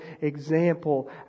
example